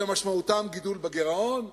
שמשמעותם גידול בגירעון,